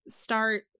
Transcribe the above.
start